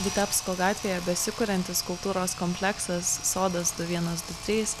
vitebsko gatvėje besikuriantis kultūros kompleksas sodas du vienas du trys